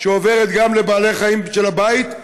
היא עוברת גם לבעלי חיים של הבית,